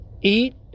Eat